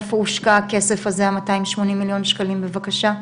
איפה הושקע הכסף הזה של המאתיים שמונים מיליון שקלים בבקשה.